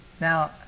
now